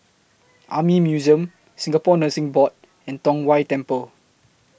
Army Museum Singapore Nursing Board and Tong Whye Temple